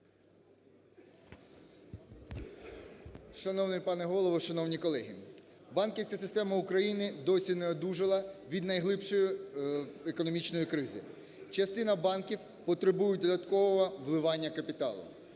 Шановний пане Голово, шановні колеги, банківська система України досі не одужала від найглибшої економічної кризи. Частина банків потребують додаткового вливання капіталу.